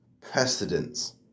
precedence